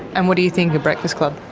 and what do you think of breakfast club?